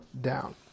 down